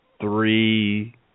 three